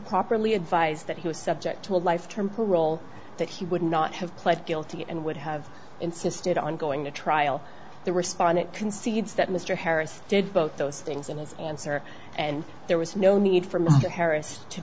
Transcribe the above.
properly advised that he was subject to a life term poor role that he would not have pled guilty and would have insisted on going to trial the respondent concedes that mr harris did both those things in his answer and there was no need for mr harris to